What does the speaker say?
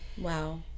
Wow